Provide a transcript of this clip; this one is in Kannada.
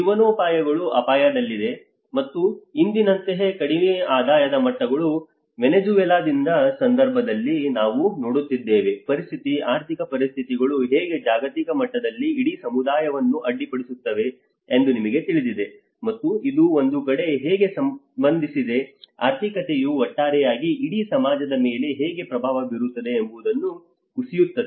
ಜೀವನೋಪಾಯಗಳು ಅಪಾಯದಲ್ಲಿದೆ ಮತ್ತು ಇಂದಿನಂತಹ ಕಡಿಮೆ ಆದಾಯದ ಮಟ್ಟಗಳು ವೆನೆಜುವೆಲಾದ ಸಂದರ್ಭದಲ್ಲಿ ನಾವು ನೋಡುತ್ತಿದ್ದೇವೆ ಪರಿಸ್ಥಿತಿ ಆರ್ಥಿಕ ಪರಿಸ್ಥಿತಿಗಳು ಹೇಗೆ ಜಾಗತಿಕ ಮಟ್ಟದಲ್ಲಿ ಇಡೀ ಸಮುದಾಯವನ್ನು ಅಡ್ಡಿಪಡಿಸುತ್ತವೆ ಎಂದು ನಿಮಗೆ ತಿಳಿದಿದೆ ಮತ್ತು ಇದು ಒಂದು ಕಡೆ ಹೇಗೆ ಸಹ ಸಂಬಂಧಿಸಿದೆ ಆರ್ಥಿಕತೆಯು ಒಟ್ಟಾರೆಯಾಗಿ ಇಡೀ ಸಮಾಜದ ಮೇಲೆ ಹೇಗೆ ಪ್ರಭಾವ ಬೀರುತ್ತದೆ ಎಂಬುದನ್ನು ಕುಸಿಯುತ್ತದೆ